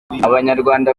abanyarwanda